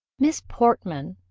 miss portman,